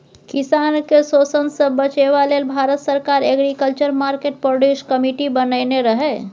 किसान केँ शोषणसँ बचेबा लेल भारत सरकार एग्रीकल्चर मार्केट प्रोड्यूस कमिटी बनेने रहय